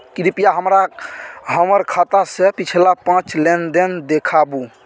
कृपया हमरा हमर खाता से पिछला पांच लेन देन देखाबु